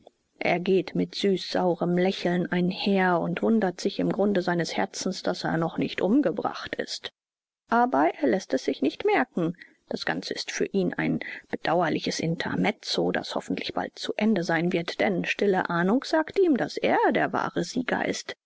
er geht mit süßsaurem lächeln einher und wundert sich im grunde seines herzens daß er noch nicht umgebracht ist aber er läßt es sich nicht merken das ganze ist für ihn ein bedauerliches intermezzo das hoffentlich bald zu ende sein wird denn stille ahnung sagt ihm daß er der wahre sieger ist